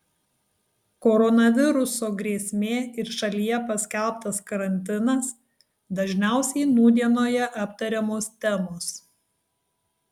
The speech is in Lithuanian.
koronaviruso grėsmė ir šalyje paskelbtas karantinas dažniausiai nūdienoje aptariamos temos